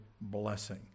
blessing